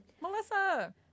Melissa